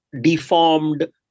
deformed